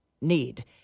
need